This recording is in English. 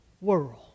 world